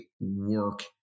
work